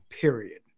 period